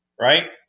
right